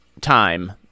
time